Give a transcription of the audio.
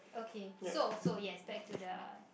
okay so so yes back to the